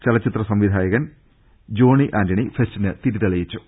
ചലച്ചിത്ര സംവിധായകൻ ജോണി ആന്റണി ഫെസ്റ്റിന് തിരി തെളിയിച്ചു